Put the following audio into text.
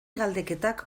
galdeketak